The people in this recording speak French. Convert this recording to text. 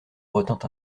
retint